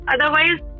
Otherwise